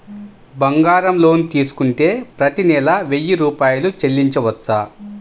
బంగారం లోన్ తీసుకుంటే ప్రతి నెల వెయ్యి రూపాయలు చెల్లించవచ్చా?